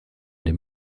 dem